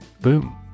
Boom